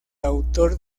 autor